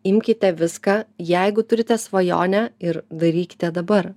imkite viską jeigu turite svajonę ir darykite dabar